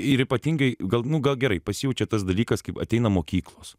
ir ypatingai gal nu gal gerai pasijaučia tas dalykas kaip ateina mokyklos